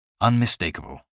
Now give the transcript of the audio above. Unmistakable